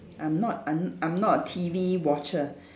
I'm not I'm I'm not a T_V watcher